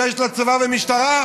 שיש לה צבא ומשטרה,